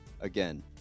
Again